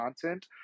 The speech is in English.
content